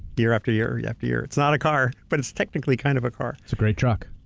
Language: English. year after year, yeah after year. it's not a car, but it's technically kind of a car. it's a great truck.